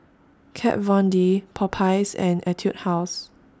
Kat Von D Popeyes and Etude House